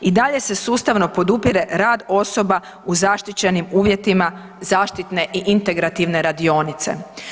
I dalje se sustavno podupire rad osoba u zaštićenim uvjetima zaštitne i integrativne radionice.